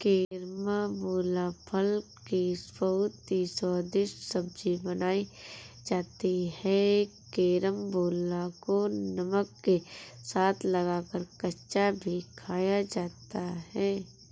carambola फल की बहुत ही स्वादिष्ट सब्जी बनाई जाती है कैरमबोला को नमक के साथ लगाकर कच्चा भी खाया जाता है